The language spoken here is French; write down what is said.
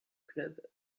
club